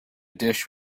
dish